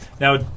Now